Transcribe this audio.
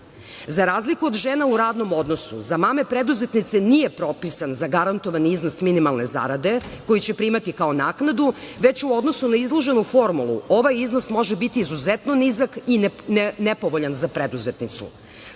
razliku od žena u radnom odnosu za mame preduzetnice nije propisan zagarantovani iznos minimalne zarade koju će primati kao naknadu, već u odnosu na izloženu formulu ovaj iznos može biti izuzetno nizak i nepovoljan za preduzetnicu. Sa